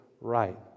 right